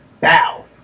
Bow